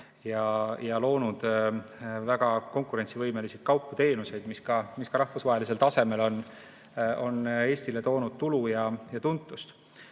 ja loonud väga konkurentsivõimelisi kaupu-teenuseid, mis ka rahvusvahelisel tasemel on Eestile toonud tulu ja tuntust.